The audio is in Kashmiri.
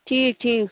ٹھیٖک ٹھیٖک